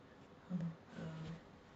hmm err